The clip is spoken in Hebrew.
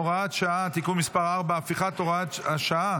הוראת שעה) (תיקון מס' 4) (הפיכת הוראת השעה